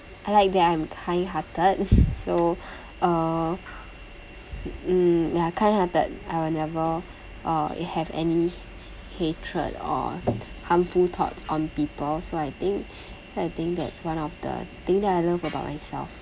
I like that I'm kind hearted so err mm ya kind hearted I will never uh have any hatred or harmful thoughts on people so I think so I think that's one of the thing that I love about myself